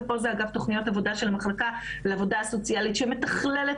ופה זה אגף תוכניות עבודה של המחלקה לעבודה סוציאלית שמתכללת